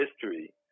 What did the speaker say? history